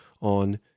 on